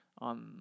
on